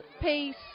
peace